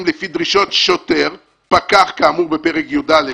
לפי דרישות שוטר פקח כאמור בפרק יא,